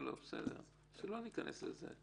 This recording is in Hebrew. לא ניכנס לזה.